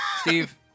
steve